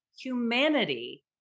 humanity